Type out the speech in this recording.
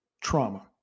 trauma